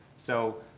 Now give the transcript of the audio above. so,